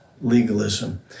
legalism